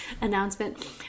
announcement